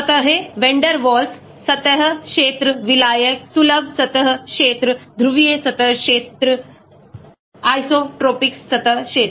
सतहें van der Waals सतह क्षेत्र विलायक सुलभ सतह क्षेत्र ध्रुवीय सतह क्षेत्र आइसोट्रोपिक सतह क्षेत्र